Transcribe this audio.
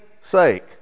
sake